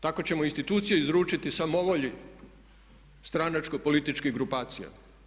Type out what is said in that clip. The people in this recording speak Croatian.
Tako ćemo institucije izručiti samovolji stranačko političkih grupacija.